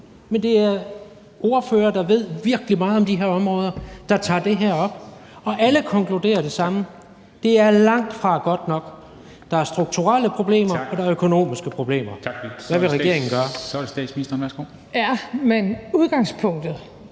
at det er ordførere, der ved virkelig meget om de her områder, som tager det op, og at alle konkluderer det samme, nemlig at det langtfra er godt nok. Der er strukturelle problemer, og der er økonomiske problemer. Hvad vil regeringen gøre? Kl. 23:29 Formanden